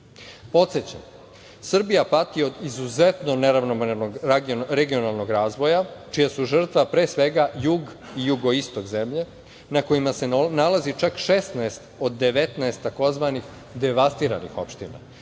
juga. Podsećam, Srbija pati od izuzetno neravnomernog regionalnog razvoja, čija su žrtva pre svega jug i jugoistok zemlje, na kojima se nalazi čak 16 od 19 tzv. devastiranih opština,